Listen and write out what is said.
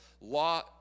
law